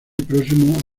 próximo